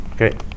okay